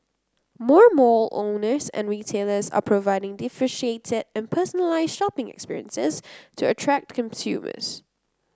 more mall owners and retailers are providing differentiated and personalised shopping experiences to attract consumers